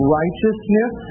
righteousness